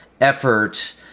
effort